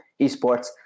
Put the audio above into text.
esports